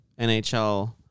NHL